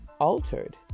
altered